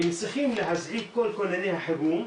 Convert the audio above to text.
הם צריכים להזעיק את כל כונני החירום,